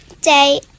day